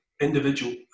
individual